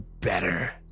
better